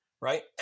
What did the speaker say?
right